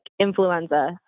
influenza